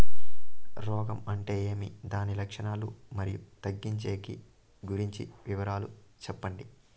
రోగం అంటే ఏమి దాని లక్షణాలు, మరియు తగ్గించేకి గురించి వివరాలు సెప్పండి?